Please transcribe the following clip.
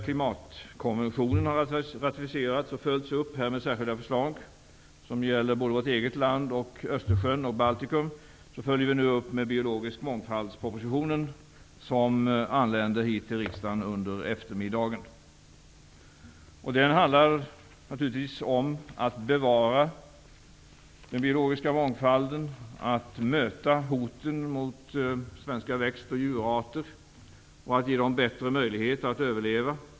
Klimatkonventionen har ratificerats och följts upp med särskilda förslag som gäller vårt eget land, Östersjön och Baltikum. Detta följs nu upp med propositionen om biologisk mångfald, som anländer hit till riksdagen under eftermiddagen. Den handlar om att bevara den biologiska mångfalden, att möta hoten mot svenska växt och djurarter och att ge dem bättre möjlighet att överleva.